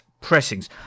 pressings